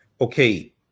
Okay